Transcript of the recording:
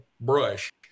brush